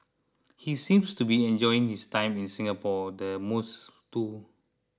he seems to be enjoying his time in Singapore the most too